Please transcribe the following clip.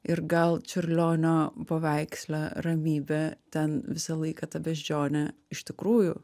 ir gal čiurlionio paveiksle ramybė ten visą laiką ta beždžionė iš tikrųjų